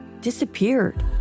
disappeared